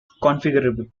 configurable